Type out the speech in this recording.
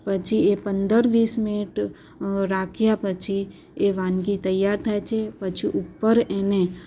પછી એ પંદર વીસ મિનિટ રાખ્યા પછી એ વાનગી તૈયાર થાય છે પછી ઉપર એને